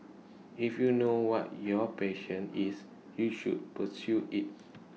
if you know what your patient is you should pursue IT